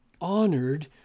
honored